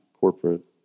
corporate